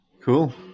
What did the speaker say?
cool